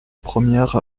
première